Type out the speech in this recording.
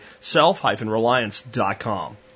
self-reliance.com